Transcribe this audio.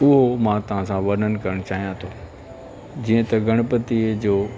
उहो मां तव्हां सां वर्णनु करणु चाहियां थो जीअं गणपतिअ जो